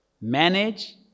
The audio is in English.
manage